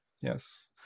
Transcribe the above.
yes